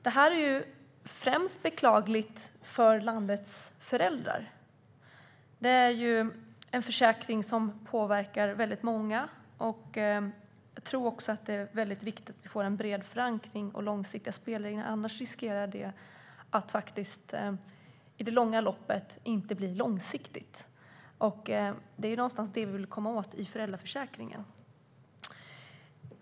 Det här är främst beklagligt för landets föräldrar. Det är ju en försäkring som påverkar väldigt många. Jag tror också att det är väldigt viktigt med en bred förankring och långsiktiga spelregler. Annars riskerar det att inte bli långsiktigt, och det är ju någonstans det vi vill komma åt i föräldraförsäkringen.